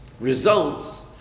results